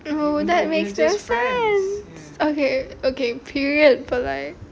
oh that makes no sense okay okay period for like